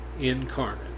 incarnate